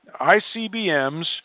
ICBMs